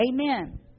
Amen